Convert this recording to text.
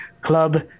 Club